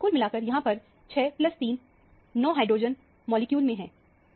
कुल मिलाकर यहां पर 6 3 9 हाइड्रोजन मॉलिक्यूल में है